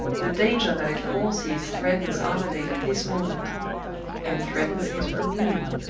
the danger that it foresees threatens armadale at this moment and threatens him from me!